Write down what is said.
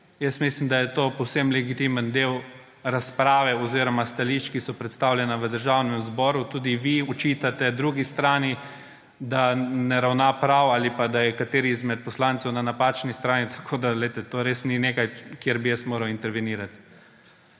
mislim, da je to povsem legitimen del razprav oziroma stališč, ki so predstavljena v Državnem zboru. Tudi vi očitate drugi strani, da ne ravna prav ali pa da je kateri izmed poslancev na napačni strani. Tako da to res ni nekaj, kjer bi jaz moral intervenirati.